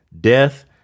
Death